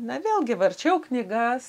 na vėlgi varčiau knygas